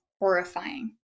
horrifying